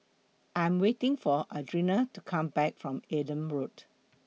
I Am waiting For Adrianna to Come Back from Adam Park